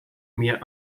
mir